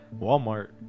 walmart